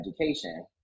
education